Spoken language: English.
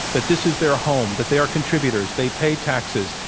that this is their home, that they are contributors. they pay taxes,